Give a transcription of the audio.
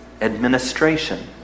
administration